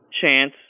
chance